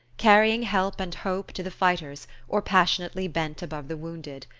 carrying help and hope to the fighters or passionately bent above the wounded.